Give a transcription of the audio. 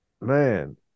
man